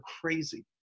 crazy